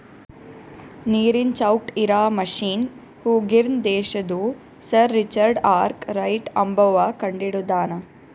ನೀರನ್ ಚೌಕ್ಟ್ ಇರಾ ಮಷಿನ್ ಹೂರ್ಗಿನ್ ದೇಶದು ಸರ್ ರಿಚರ್ಡ್ ಆರ್ಕ್ ರೈಟ್ ಅಂಬವ್ವ ಕಂಡಹಿಡದಾನ್